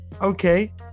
okay